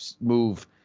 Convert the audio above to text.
move